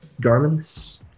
garments